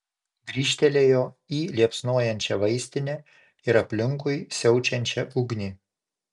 grįžtelėjo į liepsnojančią vaistinę ir aplinkui siaučiančią ugnį